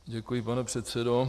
Děkuji, pane předsedo.